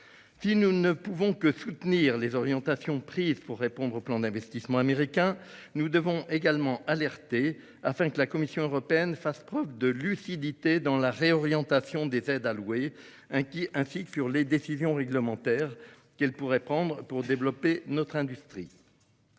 Si nous ne pouvons que soutenir les orientations prises pour répondre au plan d'investissement américain, nous devons également alerter, afin que la Commission européenne fasse preuve de lucidité dans la réorientation des aides allouées ainsi que dans les décisions réglementaires qu'elle pourrait prendre pour développer notre industrie.